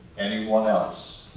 anyone else?